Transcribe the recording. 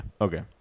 okay